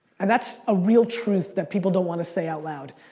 and that's a real truth that people don't want to say out loud.